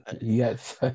Yes